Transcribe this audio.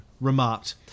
remarked